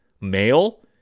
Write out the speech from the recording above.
male